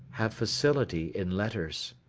have facility in letters.